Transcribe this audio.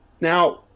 now